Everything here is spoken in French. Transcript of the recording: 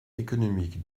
économique